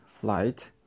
flight